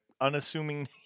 unassuming